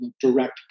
direct